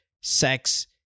sex